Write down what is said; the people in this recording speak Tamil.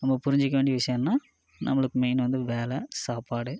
நம்ம புரிஞ்சிக்க வேண்டிய விஷயம்னால் நம்மளுக்கு மெயின் வந்து வேலை சாப்பாடு